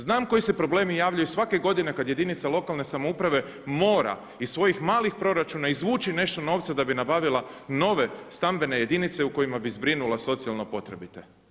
Znam koji se problemi javljaju svake godine kada jedinica lokalne samouprave mora iz svojih malih proračuna izvući nešto novca da bi nabavila nove stambene jedinice u kojima bi zbrinula socijalno potrebite.